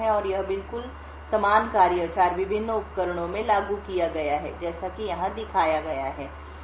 और यह बिल्कुल समान कार्य 4 विभिन्न उपकरणों में लागू किया गया है जैसा कि यहां दिखाया गया है